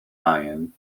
mayen